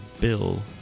bill